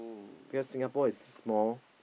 because Singapore is small